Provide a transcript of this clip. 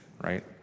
right